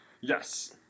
yes